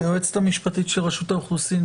היועצת המשפטית של רשות האוכלוסין,